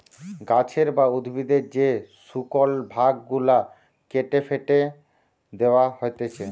গাছের বা উদ্ভিদের যে শুকল ভাগ গুলা কেটে ফেটে দেয়া হতিছে